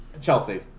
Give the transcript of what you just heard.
Chelsea